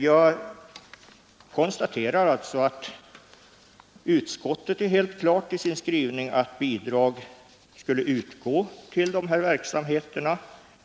Jag konstaterar alltså att det enligt utskottets skrivning är helt klart att bidrag skall kunna utgå till de här verksamheterna.